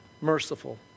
merciful